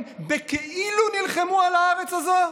הם בכאילו נלחמו על הארץ הזאת?